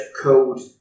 code